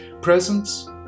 Presents